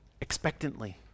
expectantly